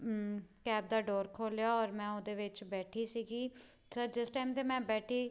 cab ਦਾ door ਖੋਲ੍ਹਿਆ ਔਰ ਮੈਂ ਉਹਦੇ ਵਿੱਚ ਬੈਠੀ ਸੀਗੀ ਸਰ ਜਿਸ ਟਾਈਮ 'ਤੇ ਮੈਂ ਬੈਠੀ